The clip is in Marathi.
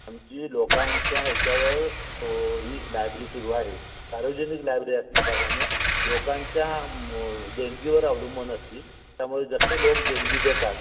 आमची लोकांच्या याच्यावर ही लायब्री सुरू आहे सार्वजनिक लायब्री असल्याकारणानं लोकांच्या देणगीवर अवलंबून असते त्यामुळे जसे लोक देणगी देतात